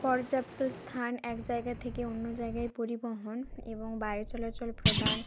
পর্যাপ্ত স্থান এক জায়গা থেকে অন্য জায়গায় পরিবহন এবং বায়ু চলাচল প্রদান